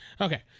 Okay